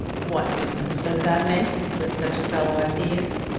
what difference does that make with such a fellow as he is,